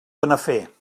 benafer